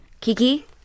Kiki